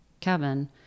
Kevin